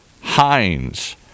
Heinz